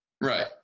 right